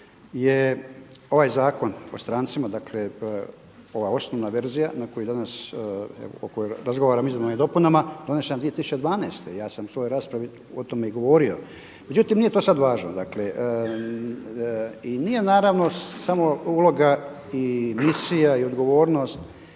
je ovaj zakon o strancima, dakle ova osnovna verzija na koju danas, evo o kojoj razgovaramo, o izmjenama i dopunama donest će nam 2012. Ja sam u svojoj raspravi o tome i govorio. Međutim, nije to sad važno. I nije naravno samo uloga i misija i odgovornost